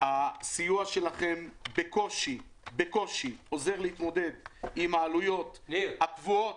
הסיוע שלכם בקושי עוזר להתמודד עם העלויות הקבועות.